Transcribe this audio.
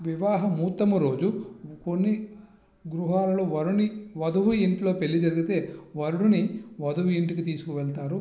వివాహ ముహూర్తం రోజు కొన్ని గృహాలలో వరుణి వధువు ఇంట్లో పెళ్ళి జరిగితే వరుణ్ణి వధువు ఇంటికి తీసుకువెళ్తారు